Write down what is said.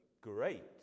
great